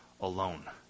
alone